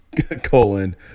colon